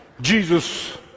Jesus